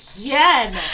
again